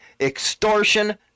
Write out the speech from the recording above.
extortion